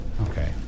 Okay